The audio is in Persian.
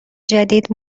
جدید